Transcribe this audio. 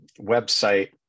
website